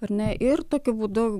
ar ne ir tokiu būdu